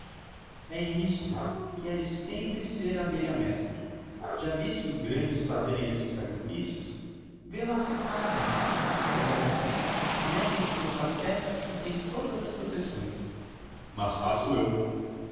é isto queres sempre ser a abelha mestra já viste os grandes fazerem esses sacrifícios vê lá se fazem histórias metem se no café que tem todas as proteções mas faço eu